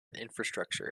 infrastructure